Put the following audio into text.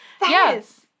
Yes